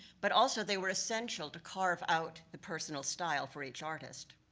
but also, they were essential to carve out the personal style for each artist.